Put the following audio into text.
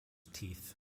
teeth